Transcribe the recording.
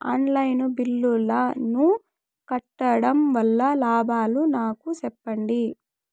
On line బిల్లుల ను కట్టడం వల్ల లాభాలు నాకు సెప్పండి?